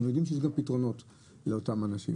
אנחנו יודעים שלאותם אנשים יש פתרונות.